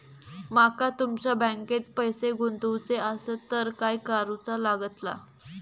माका तुमच्या बँकेत पैसे गुंतवूचे आसत तर काय कारुचा लगतला?